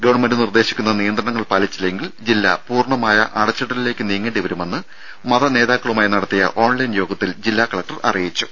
government നിർദേശിക്കുന്ന നിയന്ത്രണങ്ങൾ പാലിച്ചില്ലെങ്കിൽ ജില്ല പൂർണമായ അടച്ചിടലിലേക്ക് നീങ്ങേണ്ടി വരുമെന്ന് മത നേതാക്കളുമായി നടത്തിയ ഓൺലൈൻ യോഗത്തിൽ ജില്ലാ കലക്ടർ അറിയിച്ചു